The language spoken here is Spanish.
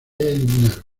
eliminaron